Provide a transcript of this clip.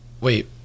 wait